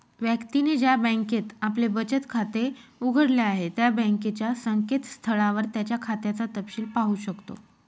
व्यक्तीने ज्या बँकेत आपले बचत खाते उघडले आहे त्या बँकेच्या संकेतस्थळावर त्याच्या खात्याचा तपशिल पाहू शकतो